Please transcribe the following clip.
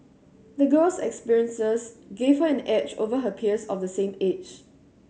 the girl's experiences gave her an edge over her peers of the same age